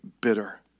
Bitter